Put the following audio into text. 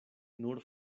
nur